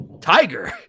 tiger